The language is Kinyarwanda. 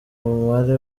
mubare